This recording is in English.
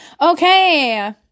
Okay